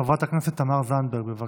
חברת הכנסת תמר זנדברג, בבקשה.